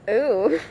oo